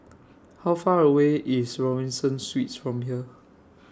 How Far away IS Robinson Suites from here